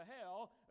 hell